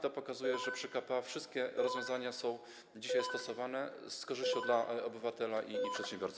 To pokazuje, że przy k.p.a. wszystkie rozwiązania są dzisiaj stosowane z korzyścią dla obywatela i przedsiębiorcy.